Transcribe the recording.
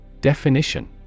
Definition